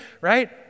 right